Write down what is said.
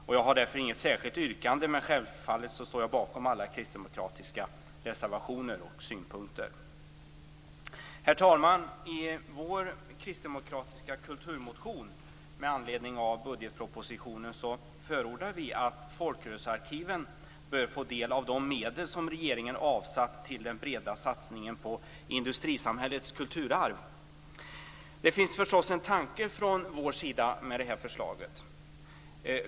Jag har därför inget särskilt yrkande, men självfallet står jag bakom alla kristdemokratiska reservationer och synpunkter. Herr talman! I vår kristdemokratiska kulturmotion med anledning av budgetpropositionen förordar vi att folkrörelsearkiven bör få del av de medel som regeringen avsatt till den breda satsningen på industrisamhällets kulturarv. Det finns förstås en tanke från vår sida med detta förslag.